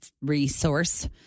resource